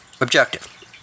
Objective